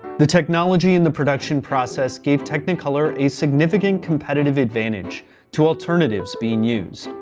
the technology and the production process gave technicolor a significant competitive advantage to alternatives being used.